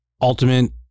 ultimate